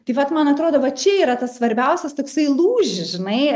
tai vat man atrodo va čia yra tas svarbiausias toksai lūžis žinai